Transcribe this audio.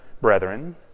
brethren